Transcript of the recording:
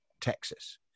Texas